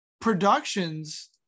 productions